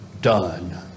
done